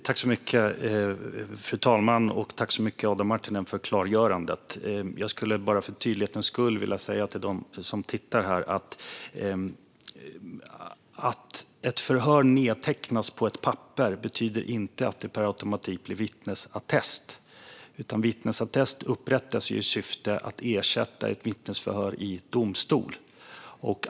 Fru talman! Tack så mycket, Adam Marttinen, för klargörandet! Jag skulle bara för tydlighetens skull vilja säga följande till dem som tittar: Att ett förhör nedtecknas på ett papper betyder inte att det per automatik blir vittnesattest. Vittnesattest upprättas i syfte att ersätta ett vittnesförhör i domstol.